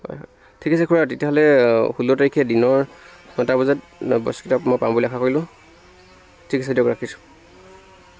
হয় হয় ঠিক আছে খুৰা তেতিয়াহ'লে ষোল্ল তাৰিখে দিনৰ নটা বজাত মই বস্তুকেইটা মই পাম বুলি আশা কৰিলোঁ ঠিক আছে দিয়ক ৰাখিছোঁ